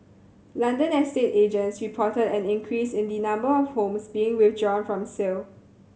London estate agents reported an increase in the number of homes being withdrawn from sale